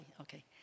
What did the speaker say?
Okay